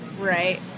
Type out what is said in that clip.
Right